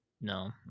No